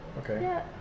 Okay